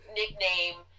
nickname